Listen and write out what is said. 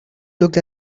looked